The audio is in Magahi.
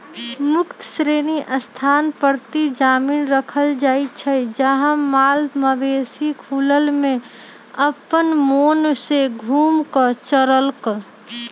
मुक्त श्रेणी स्थान परती जमिन रखल जाइ छइ जहा माल मवेशि खुलल में अप्पन मोन से घुम कऽ चरलक